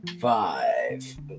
five